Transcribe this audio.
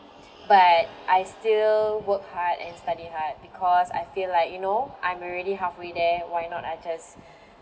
but I still work hard and study hard because I feel like you know I'm already halfway there why not I just